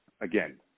again